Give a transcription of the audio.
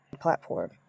platform